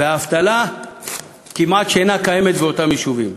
והאבטלה כמעט שאינה קיימת באותם יישובים.